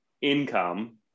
income